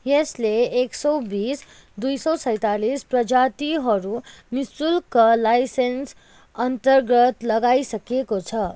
यसले एक सौ बिस दुई सौ सैँतालिस प्रजातिहरू नि शुल्क लाइसेन्स अन्तर्गत लगाइसकेको छ